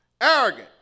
arrogant